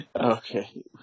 Okay